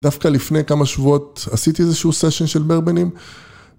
דווקא לפני כמה שבועות עשיתי איזשהו סיישן של ברבנים.